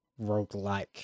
roguelike